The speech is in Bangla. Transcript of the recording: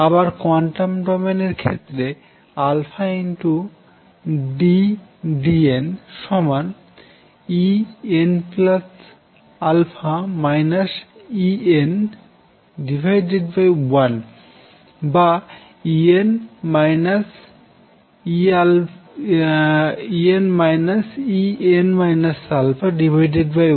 আবার কোয়ান্টাম ডোমেইন এর ক্ষেত্রে αddn Enα En1 বা En En α1 হবে কারণ n 1